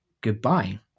Goodbye